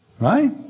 Right